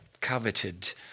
coveted